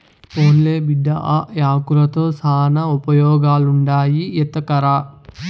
పోన్లే బిడ్డా, ఆ యాకుల్తో శానా ఉపయోగాలుండాయి ఎత్తకరా